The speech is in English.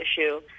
issue